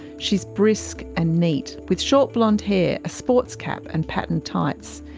she's brisk and neat, with short blonde hair, a sports cap, and patterned tights.